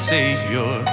Savior